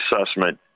assessment